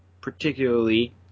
particularly